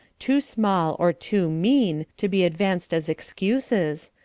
too small or too mean to be advanced as excuses,